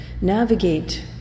navigate